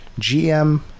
gm